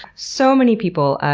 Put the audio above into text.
so many people,